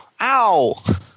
Ow